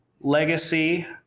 Legacy